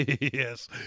Yes